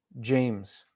James